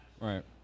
Right